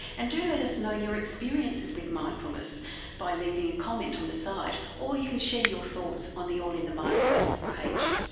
and do let us know your experiences with mindfulness by leaving a comment on the site or you can share your thoughts on the all in the mind facebook page.